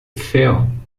ferro